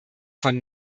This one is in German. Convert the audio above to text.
von